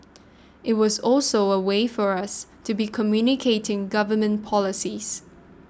it's also a way for us to be communicating government policies